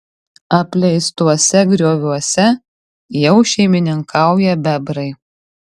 apleistuose grioviuose jau šeimininkauja bebrai